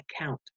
account